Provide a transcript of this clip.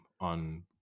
on